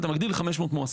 אתה מגדיל 500 מועסקים.